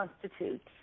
constitutes